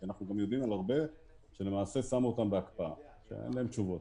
כי אנחנו גם יודעים על הרבה שלמעשה שמו אותם בהקפאה אין להם תשובות,